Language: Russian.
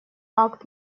акт